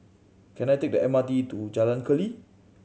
can I take the M R T to Jalan Keli